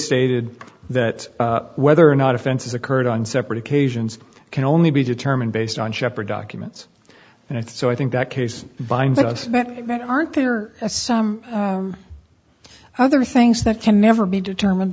stated that whether or not offenses occurred on separate occasions can only be determined based on shepherd documents and if so i think that case binds us that aren't there some other things that can never be determined